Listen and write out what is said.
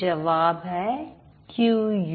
जवाब है Q you